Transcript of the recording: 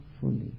fully